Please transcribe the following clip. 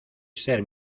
ser